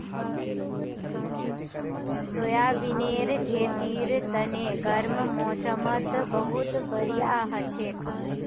सोयाबीनेर खेतीर तने गर्म मौसमत बहुत बढ़िया हछेक